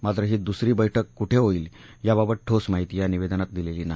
मात्र ही दुसरी बैठक कुठे होईल याबाबत ठोस माहिती या निवेदनात दिलेली नाही